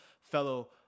fellow